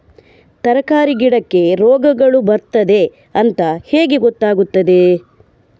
ತರಕಾರಿ ಗಿಡಕ್ಕೆ ರೋಗಗಳು ಬರ್ತದೆ ಅಂತ ಹೇಗೆ ಗೊತ್ತಾಗುತ್ತದೆ?